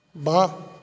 ਵਾਹ